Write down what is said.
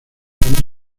llames